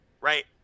right